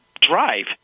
drive